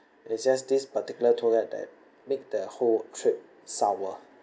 it's just this particular tour guide that make the whole trip sour